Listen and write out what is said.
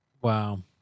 Wow